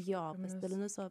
jo pasidalinu savo